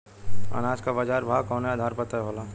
अनाज क बाजार भाव कवने आधार पर तय होला?